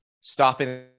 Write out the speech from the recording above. stopping